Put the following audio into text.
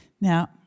Now